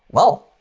well.